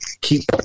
keep